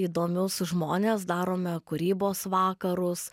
įdomius žmones darome kūrybos vakarus